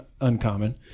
uncommon